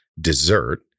dessert